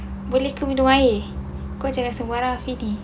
boleh ke minum air kau jangan rasa marah fifi